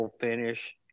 finish